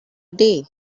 day